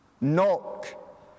knock